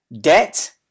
Debt